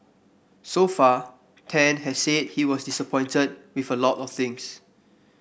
so far Tan has said he was disappointed with a lot of things